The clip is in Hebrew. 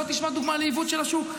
בוא תשמע דוגמה לעיוות של השוק.